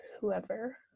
whoever